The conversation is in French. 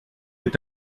est